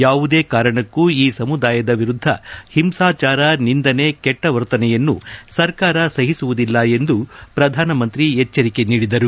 ಯಾವುದೇ ಕಾರಣಕ್ಕೂ ಈ ಸಮುದಾಯದ ವಿರುದ್ಧ ಹಿಂಸಾಚಾರ ನಿಂದನೆ ಕೆಟ್ಟವರ್ತನೆಯನ್ನು ಸರ್ಕಾರ ಸಹಿಸುವುದಿಲ್ಲ ಎಂದು ಪ್ರಧಾನಮಂತ್ತಿ ಎಚ್ಚರಿಕೆ ನೀಡಿದರು